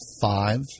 five